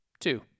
Two